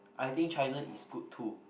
I think China is good too